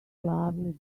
lovely